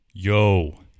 Yo